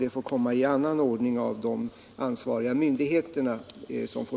Det får göras i annan ordning av de ansvariga myndigheterna.